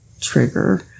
trigger